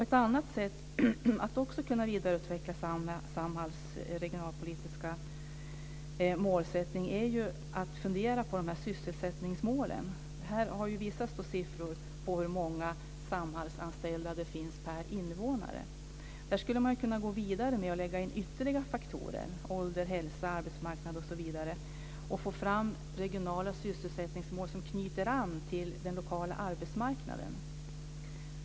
Ett annat sätt att kunna vidareutveckla Samhalls regionalpolitiska målsättning är att fundera på sysselsättningsmålen. Här har visats siffror på hur många Samhallanställda det finns per invånare. Man skulle kunna gå vidare med det och lägga in ytterligare faktorer som ålder, hälsa, arbetsmarknad osv. och få fram regionala sysselsättningsmål som knyter an till den lokala arbetsmarknaden.